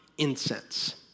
incense